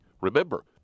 Remember